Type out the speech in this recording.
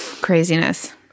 Craziness